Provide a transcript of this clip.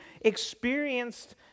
experienced